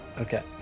Okay